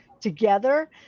together